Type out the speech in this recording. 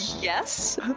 Yes